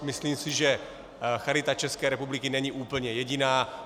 Myslím si, že Charita České republiky není úplně jediná.